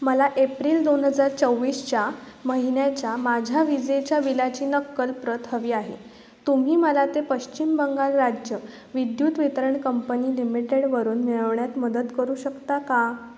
मला एप्रिल दोन हजार चोवीसच्या महिन्याच्या माझ्या विजेच्या विलाची नक्कल प्रत हवी आहे तुम्ही मला ते पश्चिम बंगाल राज्य विद्युत वितरण कंपनी लिमिटेडवरून मिळवण्यात मदत करू शकता का